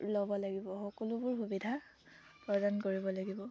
ল'ব লাগিব সকলোবোৰ সুবিধা প্ৰদান কৰিব লাগিব